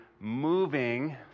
moving